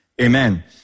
Amen